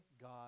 God